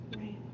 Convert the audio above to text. Right